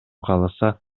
кааласа